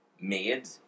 made